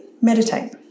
meditate